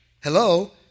Hello